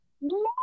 No